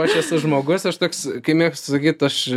aš esu žmogus aš toks kai mėgstu sakyti aš